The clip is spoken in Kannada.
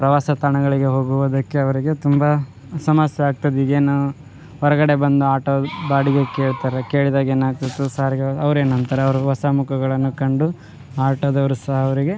ಪ್ರವಾಸ ತಾಣಗಳಿಗೆ ಹೋಗುವುದಕ್ಕೆ ಅವರಿಗೆ ತುಂಬ ಸಮಸ್ಯೆ ಆಗ್ತದೆ ಈಗ ಏನು ಹೊರಗಡೆ ಬಂದು ಆಟೋ ಬಾಡಿಗೆ ಕೇಳ್ತಾರೆ ಕೇಳಿದಾಗ ಏನು ಆಗ್ತೈತೆ ಸಾರಿಗೆ ಅವ್ರು ಏನು ಅಂತಾರೆ ಅವ್ರು ಹೊಸ ಮುಖಗಳನ್ನು ಕಂಡು ಆಟೋದವ್ರು ಸಹ ಅವ್ರಿಗೆ